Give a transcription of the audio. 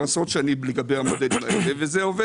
עשרות שנים לגבי המודלים האלה וזה עובד.